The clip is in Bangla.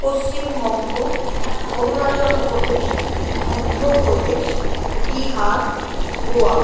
পশ্চিমবঙ্গ অরুণাচল প্রদেশ মধ্য প্রদেশ বিহার গোয়া